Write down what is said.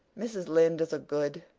mrs. lynde is a good,